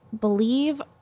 believe